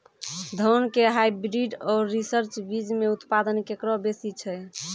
धान के हाईब्रीड और रिसर्च बीज मे उत्पादन केकरो बेसी छै?